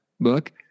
book